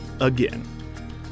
again